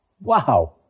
Wow